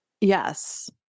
Yes